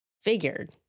figured